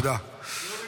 לא מתנחל,